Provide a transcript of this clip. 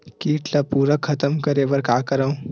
कीट ला पूरा खतम करे बर का करवं?